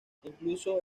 incluso